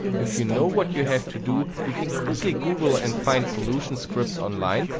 if you know what you have to do, you can quickly google and find solution scripts online,